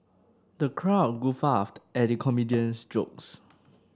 the crowd guffawed at the comedian's jokes